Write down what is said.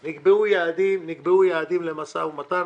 הרווחה והשירותים החברתיים חיים כץ: נקבעו יעדים למשא ומתן,